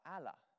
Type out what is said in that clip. Allah